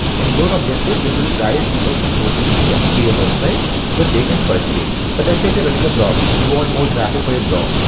then your objective will be to drive people from social media to your website so that they can purchase. but let's say you're running a blog and you want more traffic for your blog,